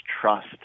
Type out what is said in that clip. trust